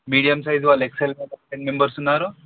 medium size వాళ్ళు XL వాళ్ళు ten members ఉన్నారు